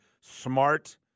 smart